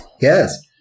Yes